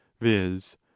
viz